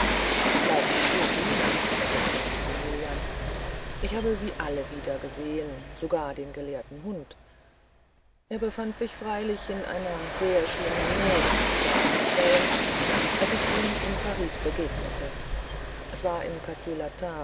bleiben sie ruhig liegen versetzte maximilian ich habe sie alle wiedergesehen sogar den gelehrten hund er befand sich freilich in einer sehr schlimmen not der arme schelm als ich ihm zu paris begegnete es war im